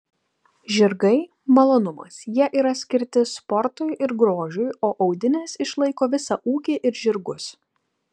žirgai malonumas jie yra skirti sportui ir grožiui o audinės išlaiko visą ūkį ir žirgus